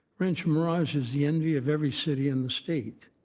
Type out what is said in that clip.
rancho mirage is the envy of every city in the state.